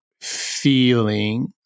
feeling